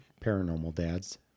paranormaldads